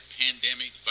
pandemic